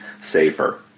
safer